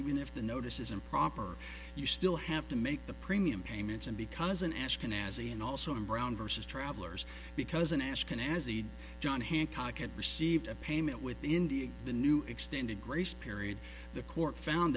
even if the notice is improper you still have to make the premium payments and because an ashkenazi and also in brown versus travelers because an ash can as he did john hancock had received a payment with india in the new extended grace period the court found